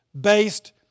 based